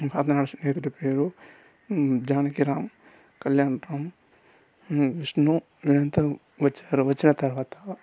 ఇంకా నా స్నేహితుడి పేరు జానకిరామ్ కళ్యాణ్ రామ్ విష్ణు వీళ్లంతా వచ్చారు వచ్చిన తర్వాత